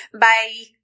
Bye